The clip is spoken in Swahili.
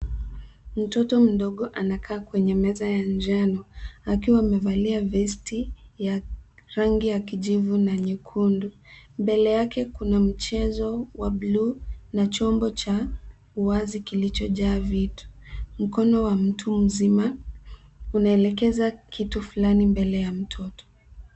Mtoto mdogo anekaa kwenye meza ya njano akiwa amevalia vesti ya rangi ya kijivu na nyekundu, mbele yake kuna mchezo wa bluu na chombo cha wazi kilichojaa vitu. Mkono wa mtu mzima unaelekeza kitu flani mbele ya mtoto.